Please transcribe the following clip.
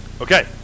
Okay